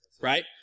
right